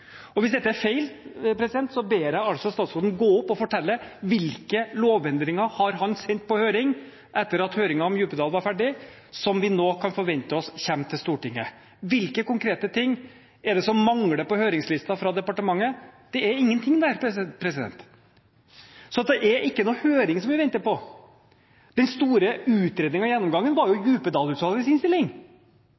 Hvis dette er feil, ber jeg statsråden gå opp og fortelle hvilke lovendringer han har sendt på høring etter at høringen om Djupedal-utvalget var ferdig, og som vi nå kan forvente oss kommer til Stortinget. Hvilke konkrete ting er det som mangler på høringslisten fra departementet? Det er ingen ting der. Så det er ikke noen høring vi venter på. Den store utredningen og gjennomgangen var